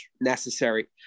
necessary